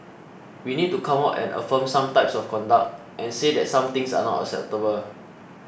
we need to come out and affirm some types of conduct and say that some things are not acceptable